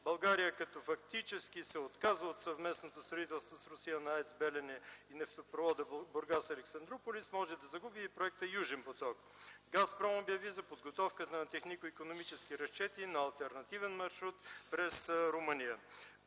България като фактически се отказа от съвместното строителство с Русия на АЕЦ „Белене” и нефтопровода „Бургас-Александруполис” може да загуби и проекта „Южен поток”. „Газпром” обяви за подготовката на технико-икономически разчети на алтернативен маршрут през Румъния.